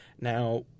Now